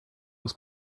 was